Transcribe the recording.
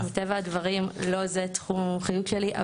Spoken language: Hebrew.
זה לא תחום המומחיות שלי,